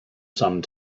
some